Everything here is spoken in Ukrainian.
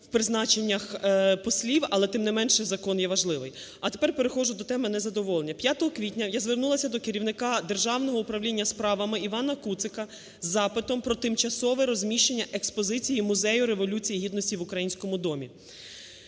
в призначеннях послів, але тим не менше закон є важливим. А тепер переходжу до теми незадоволення. 5 квітня я звернулася до керівника Державного управління справами Івана Куцика із запитом про тимчасове розміщення експозиції Музею Революції Гідності в Українському домі.